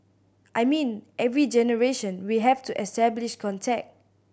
I mean every generation we have to establish contact